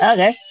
Okay